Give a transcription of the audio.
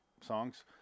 songs